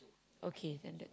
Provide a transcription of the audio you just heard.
okay then that's